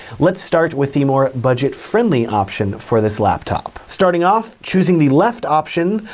let's start with the more budget friendly option for this laptop. starting off, choosing the left option,